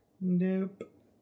Nope